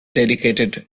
dedicated